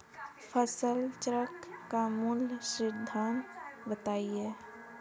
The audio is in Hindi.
फसल चक्र का मूल सिद्धांत बताएँ?